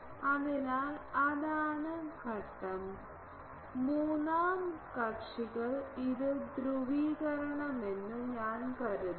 അതിനാൽ അതാണ് ഘട്ടം മൂന്നാം കക്ഷികൾ ഇത് ധ്രുവീകരണമാണെന്ന് ഞാൻ കരുതുന്നു